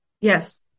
Yes